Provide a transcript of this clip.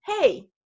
hey